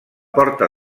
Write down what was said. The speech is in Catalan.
porta